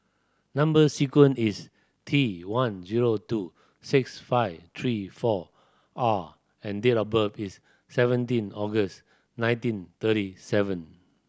number sequence is T one zero two six five three four R and date of birth is seventeen August nineteen thirty seven